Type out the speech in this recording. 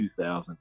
2000